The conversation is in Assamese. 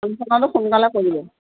আলোচনাটো সোনকালে কৰিব